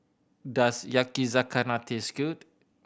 does Yakizakana taste good